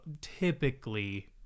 typically